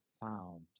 found